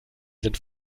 sind